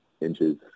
inches